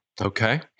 Okay